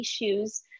issues